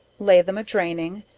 lay them a draining,